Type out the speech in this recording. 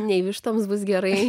nei vištoms bus gerai